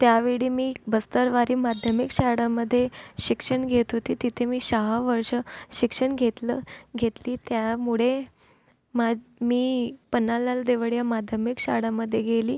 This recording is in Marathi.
त्यावेळी मी बस्तरवारी माध्यमिक शाळंमध्ये शिक्षण घेत होती तिथे मी सहा वर्ष शिक्षण घेतलं घेतली त्यामुळे मा मी पन्नालाल देवडीया माध्यमिक शाळामध्ये गेली